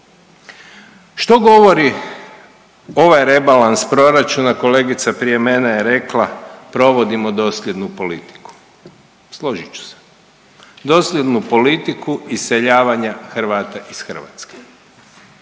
Što govori ovaj rebalans proračuna? Kolegica prije mene je rekla provodimo dosljednu politiku. Složit ću se, dosljednu politiku iseljavanja Hrvata iz Hrvatske.